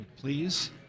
please